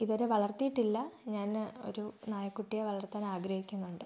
ഇത് വരെ വളർത്തിയിട്ടില്ല ഞാൻ ഒരു നായക്കുട്ടിയെ വളർത്താൻ ആഗ്രഹിക്കുന്നുണ്ട്